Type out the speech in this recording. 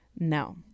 No